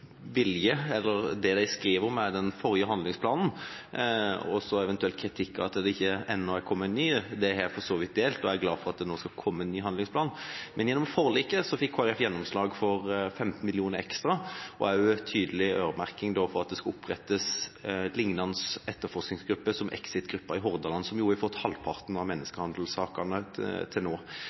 vilje – det de skriver om, er den forrige handlingsplanen, og så er det eventuelt kritikk av at det ikke ennå er kommet en ny. Den kritikken har jeg for så vidt delt, og jeg er glad for at det nå skal komme en ny handlingsplan. Men i forliket fikk Kristelig Folkeparti gjennomslag for 15 mill. kr ekstra og tydelig øremerking til at det skal opprettes lignende etterforskningsgrupper som Exit-gruppa i Hordaland, som har fått halvparten av menneskehandelsakene til nå.